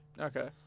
Okay